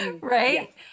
right